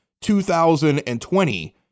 2020